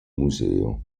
museo